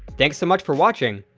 thanks so much for watching,